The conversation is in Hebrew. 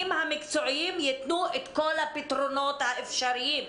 המקצועיים ייתנו את כל הפתרונות האפשריים.